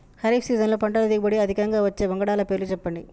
ఖరీఫ్ సీజన్లో పంటల దిగుబడి అధికంగా వచ్చే వంగడాల పేర్లు చెప్పండి?